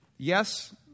Yes